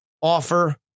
offer